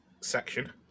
section